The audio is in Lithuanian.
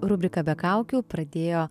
rubriką be kaukių pradėjo